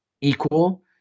equal